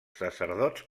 sacerdots